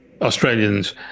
Australians